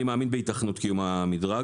אני מאמין בהיתכנות קיום המדרג,